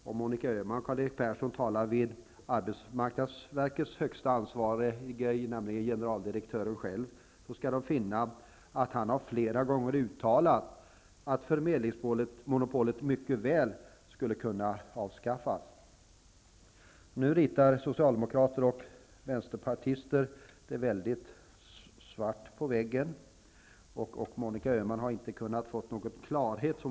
Om Monica Öhman och Karl-Erik Persson talar med arbetsmarknadsstyrelsens högste ansvarige, nämligen generaldirektören själv, skall de finna att han flera gånger har uttalat att arbetsförmedlingsmonopolet mycket väl skulle kunna avskaffas. Nu svartmålar socialdemokrater och vänsterpartister. Och Monica Öhman säger att hon inte har kunnat få någon klarhet.